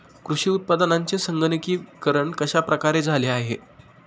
कृषी उत्पादनांचे संगणकीकरण कश्या प्रकारे झाले आहे?